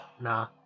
nah